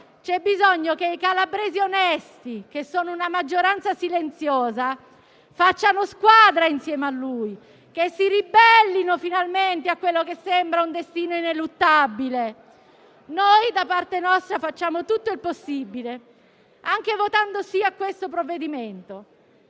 C'è bisogno che i calabresi onesti, che sono una maggioranza silenziosa, facciano squadra insieme a lui e si ribellino finalmente a quello che sembra un destino ineluttabile. Noi, da parte nostra, facciamo tutto il possibile, anche votando a favore del provvedimento